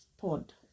pod